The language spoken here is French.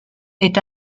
est